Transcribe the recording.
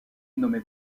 nommé